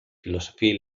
filosofía